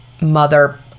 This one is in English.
mother